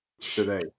today